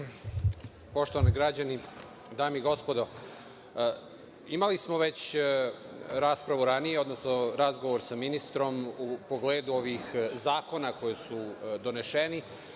Poštovani građani, dame i gospodo imali smo već raspravu, odnosno razgovor sa ministrom ranije u pogledu ovih zakona koji su donešeni,